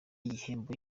igihembo